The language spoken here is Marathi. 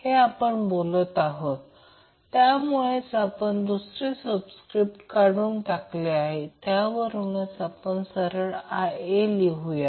हे आपण बोलत आहोत त्यामुळेच आपण दुसरे सबस्क्रिप्ट काढून टाकले आहे त्यावरूनच आपण सरळ Ia लिहूया